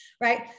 right